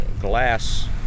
glass